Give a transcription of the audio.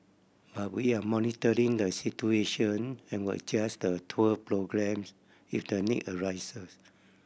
but we are monitoring the situation and will adjust the tour programmes if the need arises